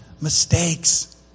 mistakes